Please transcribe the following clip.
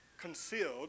concealed